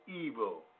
evil